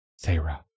Sarah